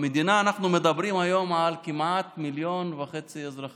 במדינה אנחנו מדברים היום על כמעט 1.5 מיליון אזרחים,